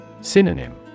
Synonym